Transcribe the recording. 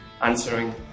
answering